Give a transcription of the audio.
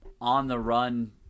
on-the-run